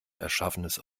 erschaffenes